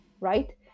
right